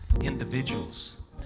individuals